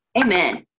Amen